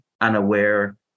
unaware